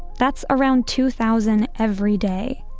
that's around two thousand every day,